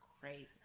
great